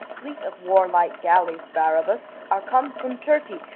fleet of warlike galleys, barabas, are come from turkey,